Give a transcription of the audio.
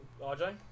RJ